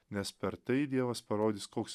nes per tai dievas parodys koks